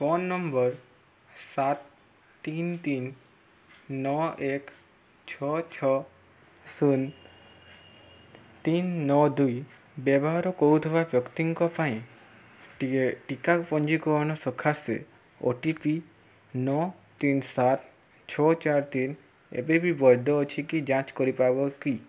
phone number ସାତ ତିନି ତିନି ନଅ ଏକ ଛଅ ଛଅ ଶୂନ ତିନି ନଅ ଦୁଇ ବ୍ୟବହାର କରୁଥିବା ବ୍ୟକ୍ତିଙ୍କ ପାଇଁ ଟିକା ପଞ୍ଜୀକରଣ ସକାଶେ ଓ ଟି ପି ନଅ ତିନି ସାତ ଛଅ ଚାର ତିନି ଏବେ ବି ବୈଧ ଅଛି କି ଯାଞ୍ଚ କରିପାରିବ କି